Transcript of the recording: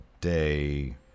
day